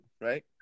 right